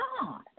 God